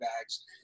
bags